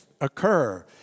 occur